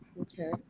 okay